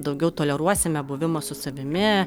daugiau toleruosime buvimą su savimi